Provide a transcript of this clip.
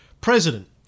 President